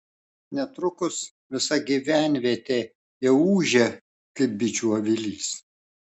netrukus visa gyvenvietė jau ūžė kaip bičių avilys